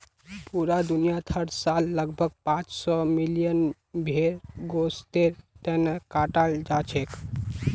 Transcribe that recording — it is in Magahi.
पूरा दुनियात हर साल लगभग पांच सौ मिलियन भेड़ गोस्तेर तने कटाल जाछेक